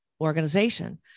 organization